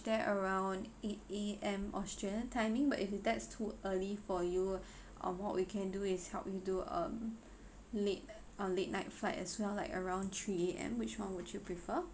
there around eight A_M australian timing but if that's too early for you uh what we can do is help you do um late uh late night flight as well like around three A_M which one would you prefer